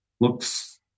looks